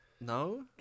no